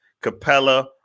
Capella